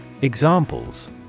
Examples